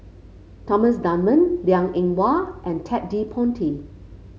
Thomas Dunman Liang Eng Hwa and Ted De Ponti